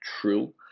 true